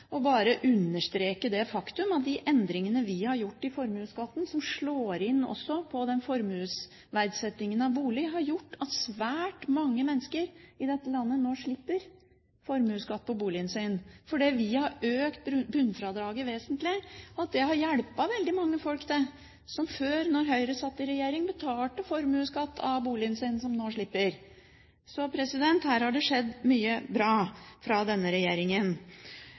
bare å understreke det faktum at de endringene vi har gjort i formuesskatten, som også slår inn på formuesverdsettingen av bolig, har gjort at svært mange mennesker i dette landet nå slipper formuesskatt på boligen sin, fordi vi har økt bunnfradraget vesentlig. Det har hjulpet veldig mange folk, det, som før, da Høyre satt i regjering, betalte formuesskatt av boligen sin, men som nå slipper. Så her har det skjedd mye bra fra denne regjeringen.